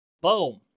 Boom